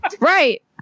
Right